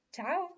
Ciao